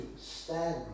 stand